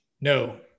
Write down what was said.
No